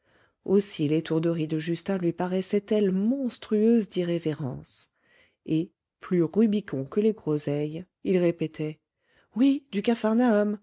aussi l'étourderie de justin lui paraissait-elle monstrueuse d'irrévérence et plus rubicond que les groseilles il répétait oui du capharnaüm